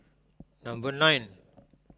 number nine